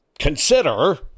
Consider